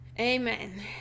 Amen